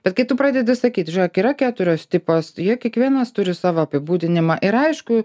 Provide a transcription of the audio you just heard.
bet kai tu pradedi sakyt žiūrėk yra keturios tipas jie kiekvienas turi savo apibūdinimą ir aišku